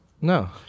No